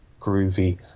Groovy